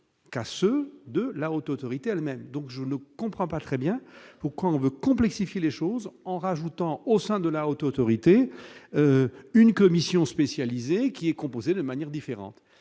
cas, ceux de la Haute autorité, elle-même, donc je ne comprends pas très bien pourquoi on veut complexifier les choses en en rajoutant au sein de la Haute autorité, une commission spécialisée qui est composé de manière différente,